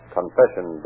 Confession